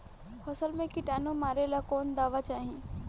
फसल में किटानु मारेला कौन दावा चाही?